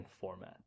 format